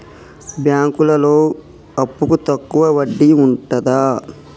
బ్యాంకులలో అప్పుకు తక్కువ వడ్డీ ఉంటదా?